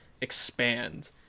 expand